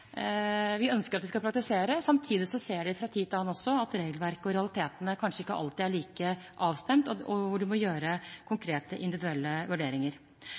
vi ønsker at vi skal praktisere, og samtidig ser vi fra tid til annen også at regelverket og realitetene kanskje ikke alltid er like avstemt, og man må gjøre konkrete individuelle vurderinger.